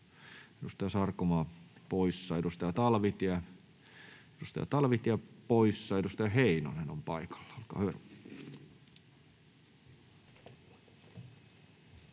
Edustaja Talvitie, edustaja Talvitie poissa. — Edustaja Heinonen on paikalla, olkaa hyvä.